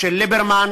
של ליברמן